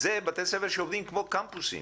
זה בתי ספר שעובדים כמו קמפוסים,